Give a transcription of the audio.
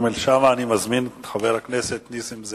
תודה לחבר הכנסת כרמל שאמה.